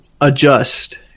adjust